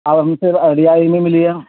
آپ ہم ص رریائی میں ملی گ